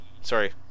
Sorry